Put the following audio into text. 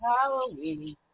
Halloween